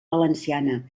valenciana